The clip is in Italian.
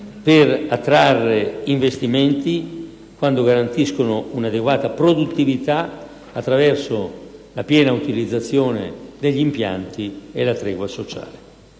per attrarre investimenti quando garantiscono un'adeguata produttività attraverso la piena utilizzazione degli impianti e la tregua sociale.